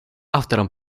автором